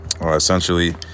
Essentially